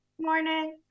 morning